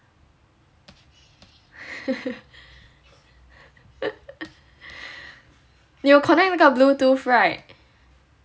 你有 connect 那个 bluetooth [right]